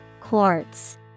Quartz